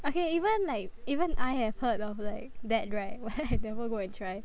okay even like even I have heard of like that right but then I never go and try